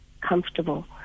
comfortable